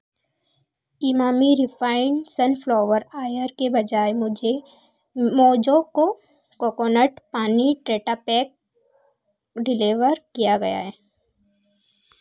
Emami refined sunflower oil के बजाय मुझे मोजोको कोकोनट पानी टेट्रा पैक डिलीवर किया गया